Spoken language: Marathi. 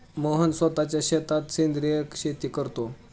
मोहन स्वतःच्या शेतात सेंद्रिय शेती करतो